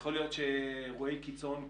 יכול להיות שאירועי קיצון,